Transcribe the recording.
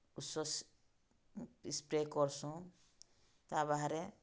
ଉଷୋ ସ୍ପ୍ରେ କର୍ସୁଁ ତା ବାହାରେ